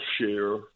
share –